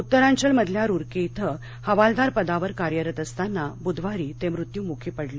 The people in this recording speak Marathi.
उत्तरांचल मधल्या रूरकी इथं हवालदार पदावर कार्यरत असताना ब्रधवारी मृत्युमुखी पडले